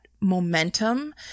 momentum